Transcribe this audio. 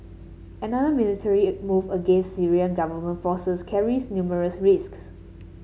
another military move against Syrian government forces carries numerous risks